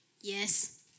Yes